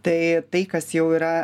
tai tai kas jau yra